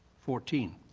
fourteen.